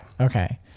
Okay